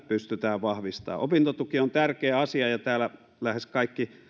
pystytään vahvistamaan opintotuki on tärkeä asia ja täällä lähes kaikki